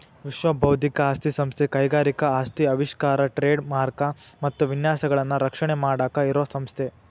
ವಿಶ್ವ ಬೌದ್ಧಿಕ ಆಸ್ತಿ ಸಂಸ್ಥೆ ಕೈಗಾರಿಕಾ ಆಸ್ತಿ ಆವಿಷ್ಕಾರ ಟ್ರೇಡ್ ಮಾರ್ಕ ಮತ್ತ ವಿನ್ಯಾಸಗಳನ್ನ ರಕ್ಷಣೆ ಮಾಡಾಕ ಇರೋ ಸಂಸ್ಥೆ